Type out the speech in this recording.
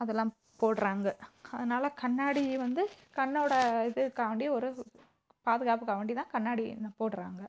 அதெல்லாம் போடுறாங்கள் அதனால் கண்ணாடியை வந்து கண்ணோட இதுக்காண்டி ஒரு பாதுகாப்புக்காண்டி தான் கண்ணாடின்னு போடுறாங்கள்